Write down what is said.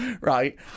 right